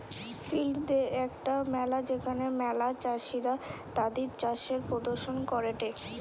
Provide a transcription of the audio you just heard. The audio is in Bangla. ফিল্ড দে একটা মেলা যেখানে ম্যালা চাষীরা তাদির চাষের প্রদর্শন করেটে